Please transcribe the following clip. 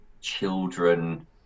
children